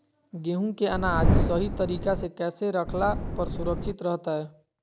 गेहूं के अनाज सही तरीका से कैसे रखला पर सुरक्षित रहतय?